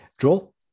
Joel